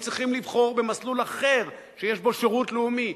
הם צריכים לבחור במסלול אחר שיש בו שירות לאומי,